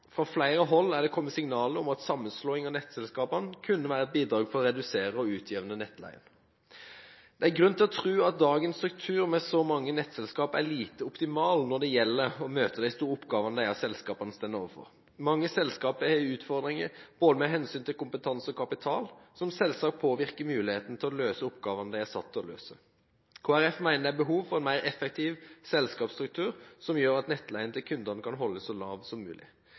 Fra flere hold er det kommet signaler om at sammenslåing av nettselskapene kunne vært et bidrag for å redusere og utjevne nettleien. Det er grunn til å tro at dagens struktur med så mange nettselskaper er lite optimal for å kunne møte de store oppgavene disse selskapene står overfor. Mange selskaper har utfordringer både med hensyn til kompetanse og kapital, noe som selvsagt påvirker muligheten til å løse oppgaven de er satt til å løse. Kristelig Folkeparti mener det er behov for en mer effektiv selskapsstruktur, som gjør at nettleien til kundene kan holdes så lav som mulig.